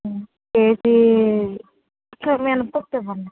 KG తెల్ల మినపప్పు ఇవ్వండి